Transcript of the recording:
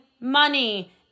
money